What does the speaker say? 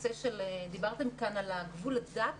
דיברתם כאן על הגבול הדק